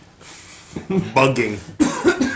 Bugging